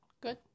Good